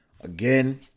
again